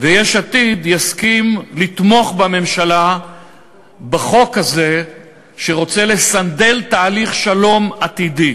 ויש עתיד תסכים לתמוך בממשלה בחוק הזה שרוצה לסנדל תהליך שלום עתידי.